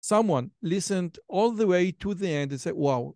מישהו שמאזין כל הדרך לדן ואומר, ואוו.